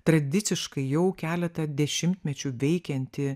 tradiciškai jau keletą dešimtmečių veikianti